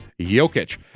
Jokic